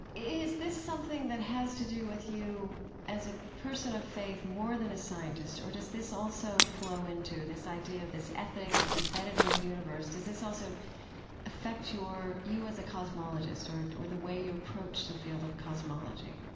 is this something that has to do with you as a person of faith more than a scientist, or does this also flow into this idea of this ethic that's embedded in the universe? does this also affect your you as a cosmologist or or the way you approach the field of cosmology?